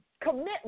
commitment